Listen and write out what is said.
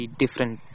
different